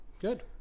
Good